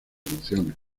emociones